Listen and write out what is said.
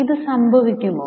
ഇത് സംഭവിക്കുമോ